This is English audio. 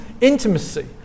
intimacy